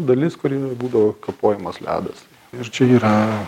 dalis kuri būdavo kapojamas ledas ir čia yra